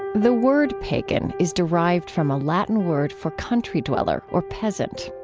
the word pagan is derived from a latin word for country dweller or peasant.